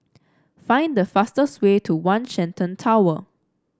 find the fastest way to One Shenton Tower